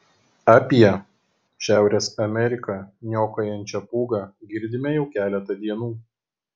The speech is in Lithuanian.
apie šiaurės ameriką niokojančią pūgą girdime jau keletą dienų